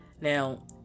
Now